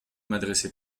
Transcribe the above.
m’adresser